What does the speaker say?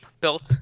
built